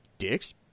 dicks